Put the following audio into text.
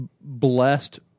blessed